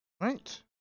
Right